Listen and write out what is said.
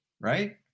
right